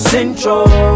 Central